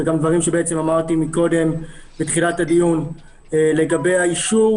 וגם דברים שאמרתי קודם בתחילת הדיון לגבי האישור,